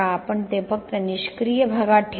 आपण ते फक्त निष्क्रिय भागात ठेवूया